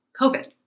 covid